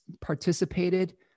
participated